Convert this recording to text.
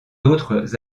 d’autres